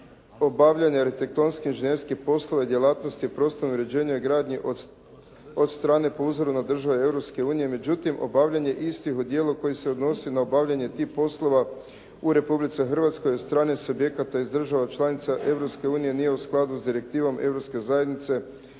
obavljanje arhitektonskih, inženjerskih poslova i djelatnosti u prostornom uređenju i gradnji od strane po uzoru na države Europske unije, međutim obavljanje istih u dijelu koji se odnosi na obavljanje tih poslova u Republici Hrvatske od strane subjekata iz država članica Europske unije nije u skladu s Direktivom